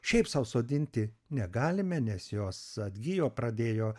šiaip sau sodinti negalime nes jos atgijo pradėjo